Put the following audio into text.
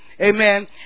Amen